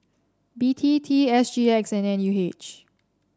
B T T S G X and N U H